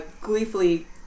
gleefully